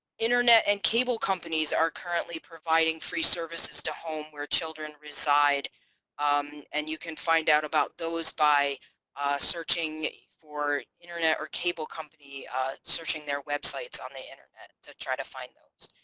internet and cable companies are currently providing free services to home where children reside um and you can find out about those by searching for internet or cable company searching their websites on the internet to try to find those.